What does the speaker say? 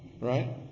right